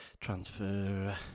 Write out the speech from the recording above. transfer